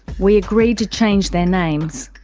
we agreed to change their names.